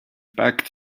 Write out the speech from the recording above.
packed